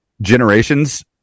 generations